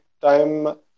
time